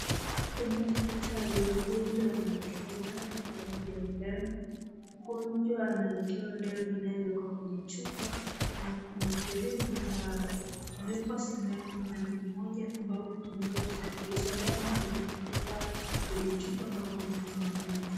Kwenye hospitali wagonjwa wanawekewa maji pamoja na damu, mgonjwa anaekewa damu inayotoka kwenye chupa, na kuna mrefeji ambao umewekwa sindano upande mmoja ambao hutumika kusafirisha damu kwenye, kutoka kwenye chupa hadi chenye mwili wa mgonjwa.